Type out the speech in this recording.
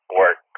work